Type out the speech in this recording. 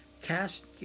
Cast